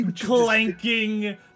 Clanking